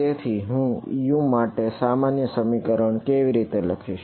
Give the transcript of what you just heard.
તેથી હું U માટેનું સામાન્ય સમીકરણ કેવી રીતે લખીશ